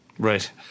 Right